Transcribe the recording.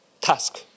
task